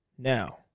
Now